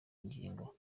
ngingo